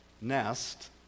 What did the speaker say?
nest